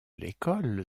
l’école